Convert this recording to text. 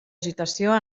agitació